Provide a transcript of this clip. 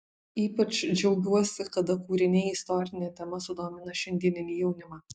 ypač džiaugiuosi kada kūriniai istorine tema sudomina šiandieninį jaunimą